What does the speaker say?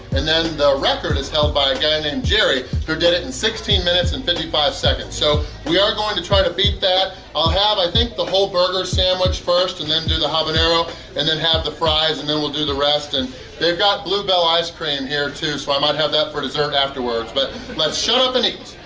and then the record is held by a guy named jerry who did it in sixteen minutes and fifty five seconds. so we are going to try to beat that! i'll have, i think, the whole burger sandwich first and then do the habanero and then have the fries and then we'll do the rest and they've got bluebell ice cream here too so i might have that for dessert afterwards! but let's shut up and eat!